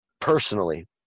personally